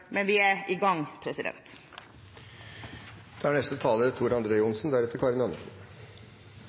men vi er i gang. Endelig er